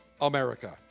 America